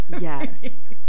Yes